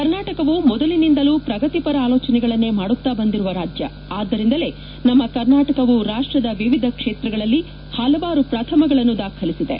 ಕರ್ನಾಟಕವು ಮೊದಲಿನಿಂದಲೂ ಪ್ರಗತಿಪರ ಆಲೋಚನೆಗಳನ್ನೇ ಮಾಡುತ್ತ ಬಂದಿರುವ ರಾಜ್ಯ ಆದ್ದರಿಂದಲೇ ನಮ್ಮ ಕರ್ನಾಟಕವು ರಾಷ್ಟದ ವಿವಿಧ ಕ್ಷೇತ್ರಗಳಲ್ಲಿ ಪಲವಾರು ಪ್ರಥಮಗಳನ್ನು ದಾಖಲಿಸಿದೆ